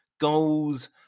goals